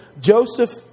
Joseph